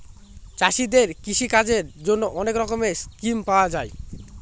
চাষীদের কৃষিকাজের জন্যে অনেক রকমের স্কিম পাওয়া যায়